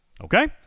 okay